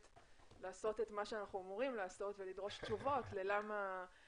לעשות את מה שאנחנו אמורים לעשות ולדרוש תשובות ללמה,